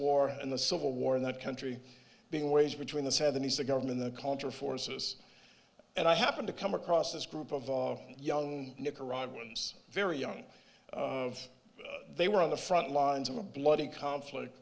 war and the civil war in the country being waged between the seventies the government the contra forces and i happen to come across this group of young nicaraguans very young of they were on the front lines of a bloody conflict